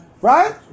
Right